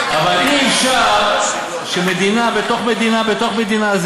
אבל אי-אפשר שמדינה בתוך מדינה בתוך מדינה,